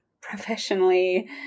professionally